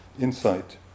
insight